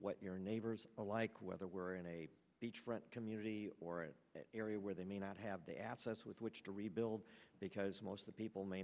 what your neighbors are like whether we're in a beachfront community or an area where they may not have the assets with which to rebuild because most people may